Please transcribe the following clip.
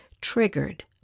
triggered